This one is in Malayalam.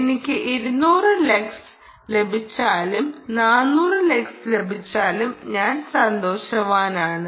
എനിക്ക് 200 ലക്സ് ലഭിച്ചാലും 400 ലക്സ് ലഭിച്ചാലും ഞാൻ സന്തോഷവാനാണ്